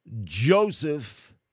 Joseph